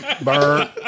burn